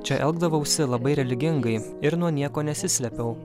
čia elgdavausi labai religingai ir nuo nieko nesislėpiau